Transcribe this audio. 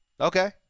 Okay